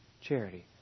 charity